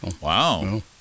Wow